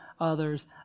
others